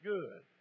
Good